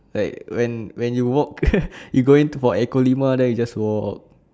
like when when you walk you go in for echo lima then you just walk